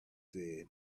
says